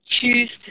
choose